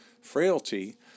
frailty